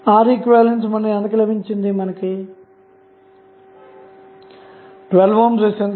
కాబట్టి Req అనగా RTh అన్నది 1Req1R1R1R3R ReqR3 అని వ్రాయవచ్చు